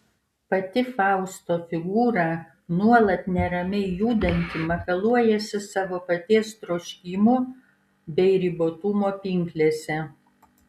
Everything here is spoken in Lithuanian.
pati fausto figūra nuolat neramiai judanti makaluojasi savo paties troškimų bei ribotumo pinklėse